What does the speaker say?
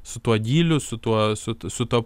su tuo gyliu su tuo su su tuo